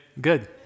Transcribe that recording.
Good